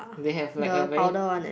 they have like a very